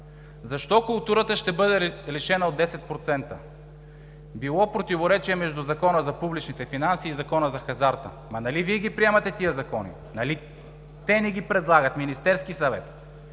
Защо културата ще бъде лишена от 10%? Било противоречие между Закона за публичните финанси и Закона за хазарта. Ама нали Вие ги приемате тези закони? Нали те ни ги предлагат – Министерският съвет?